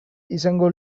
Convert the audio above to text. izango